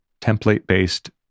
template-based